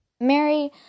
Mary